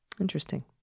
Interesting